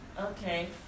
Okay